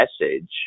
message